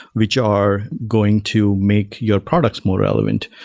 which are going to make your products more relevant.